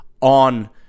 on